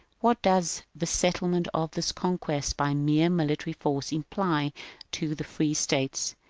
what does the settlement of this conquest by mere mili tary force imply to the free states?